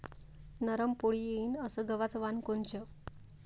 नरम पोळी येईन अस गवाचं वान कोनचं?